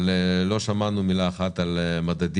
לא שמענו מילה אחת על מדדים,